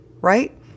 right